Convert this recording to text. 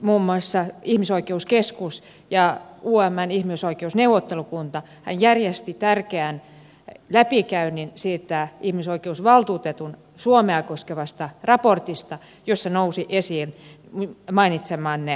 muun muassa ihmisoikeuskeskus ja umn ihmisoikeusneuvottelukuntahan järjestivät tärkeän läpikäynnin siitä ihmisoikeusvaltuutetun suomea koskevasta raportista jossa nousi esiin mainitsemanne asiat